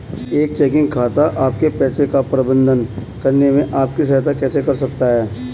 एक चेकिंग खाता आपके पैसे का प्रबंधन करने में आपकी सहायता कैसे कर सकता है?